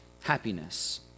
happiness